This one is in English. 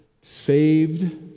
saved